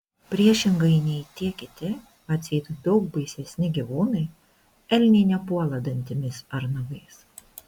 priešingai nei tie kiti atseit daug baisesni gyvūnai elniai nepuola dantimis ar nagais